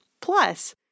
Plus